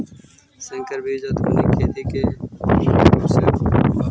संकर बीज आधुनिक खेती में मुख्य रूप से बा